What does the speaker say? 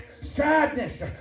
sadness